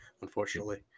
unfortunately